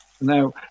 Now